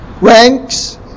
ranks